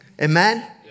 Amen